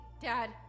Dad